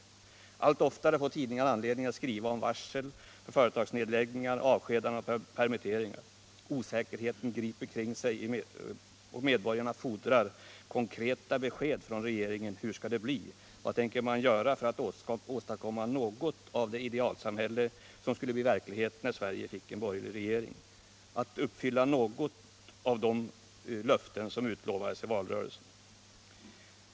Allt oftare får tidningarna anledning att skriva om varsel om företagsnedläggningar, avskedanden och permitteringar. Osäkerheten griper omkring sig, och medborgarna fordrar konkreta besked från regeringen hur det skall bli och vad man tänker göra för att åstadkomma något av det idealsamhälle som skulle bli verklighet när Sverige fick en borgerlig regering. Vad tänker man göra för att uppfylla något av det som utlovades i valrörelsen?